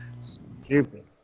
stupid